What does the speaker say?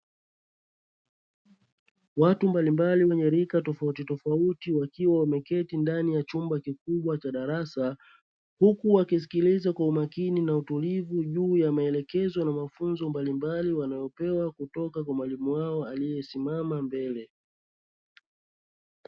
Watu mbalimbali wenye rika tofautitofauti wakiwa wameketi ndani ya chumba kikubwa cha darasa, huku wakisikiliza kwa umakini na utulivu juu ya wanachoelekezwa na mafunzo mbalimbali wanayopewa kutoka kwa mwalimu wao aliyesimama mbele.